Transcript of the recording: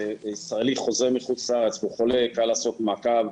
כשישראלי חוזר מחוץ לארץ והוא חולה קל לעשות מעקב,